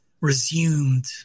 resumed